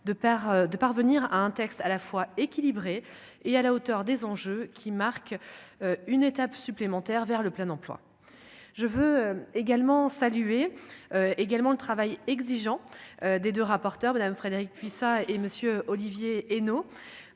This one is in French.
de parvenir à un texte à la fois équilibré et à la hauteur des enjeux qui marque une étape supplémentaire vers le plein emploi, je veux également saluer également le travail exigeant des 2 rapporteurs madame Frédérique Puissat et monsieur Olivier Henno,